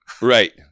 Right